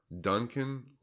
Duncan